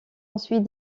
ensuite